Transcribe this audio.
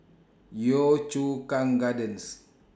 Yio Chu Kang Gardens